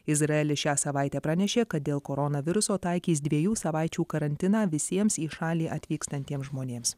izraelis šią savaitę pranešė kad dėl koronaviruso taikys dviejų savaičių karantiną visiems į šalį atvykstantiems žmonėms